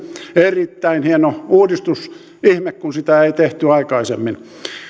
erittäin hieno uudistus ihme kun sitä ei tehty aikaisemmin